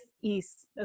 east